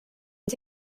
and